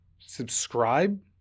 subscribe